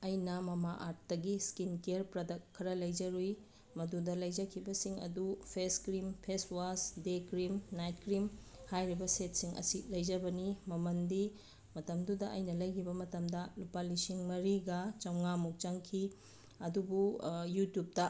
ꯑꯩꯅ ꯃꯃꯥꯑꯥꯔꯠꯇꯒꯤ skin care product ꯈꯔ ꯂꯩꯖꯔꯨꯏ ꯃꯗꯨꯗ ꯂꯩꯖꯈꯤꯕꯁꯤꯡ ꯑꯗꯨ face cream face wash day cream night cream ꯍꯥꯏꯔꯤꯕ ꯁꯦꯠꯁꯤꯡ ꯑꯁꯤ ꯂꯩꯖꯕꯅꯤ ꯃꯃꯜꯗꯤ ꯃꯇꯝꯗꯨꯗ ꯑꯩꯅ ꯂꯩꯈꯤꯕ ꯃꯇꯝꯗ ꯂꯨꯄꯥ ꯂꯤꯁꯤꯡ ꯃꯔꯤꯒ ꯆꯃꯉꯥꯃꯨꯛ ꯆꯪꯈꯤ ꯑꯗꯨꯕꯨ ꯌꯨꯇ꯭ꯌꯨꯞꯇ